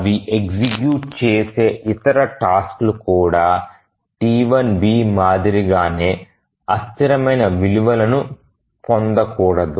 అవి ఎగ్జిక్యూట్ చేసే ఇతర టాస్క్ లు కూడా T1 b మాదిరిగానే అస్థిరమైన విలువలను పొందకూడదు